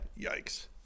Yikes